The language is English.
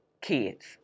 Kids